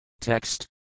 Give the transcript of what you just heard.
Text